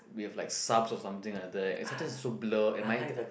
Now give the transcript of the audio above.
we've like subs or something like that it started is so blur and I